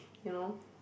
you know